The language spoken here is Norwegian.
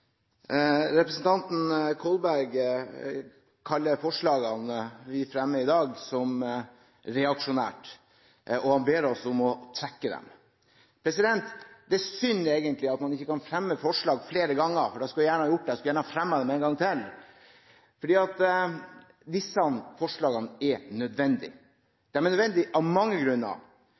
Representanten Kolberg kaller forslaget vi fremmer i dag, «reaksjonært», og han ber oss om å trekke det. Det ser synd, egentlig, at man ikke kan fremme forslag flere ganger, for da skulle jeg gjerne ha gjort det – jeg skulle gjerne ha fremmet dem en gang til. For disse forslagene er nødvendige. De er nødvendige av mange grunner.